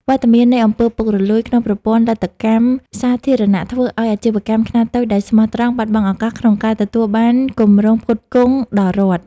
វត្តមាននៃ អំពើពុករលួយ ក្នុងប្រព័ន្ធលទ្ធកម្មសាធារណៈ ធ្វើឱ្យអាជីវកម្មខ្នាតតូចដែលស្មោះត្រង់ បាត់បង់ឱកាសក្នុងការទទួលបានគម្រផ្គត់ផ្គង់ដល់រដ្ឋ។